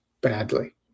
badly